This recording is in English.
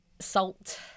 Salt